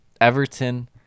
Everton